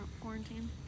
quarantine